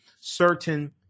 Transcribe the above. certain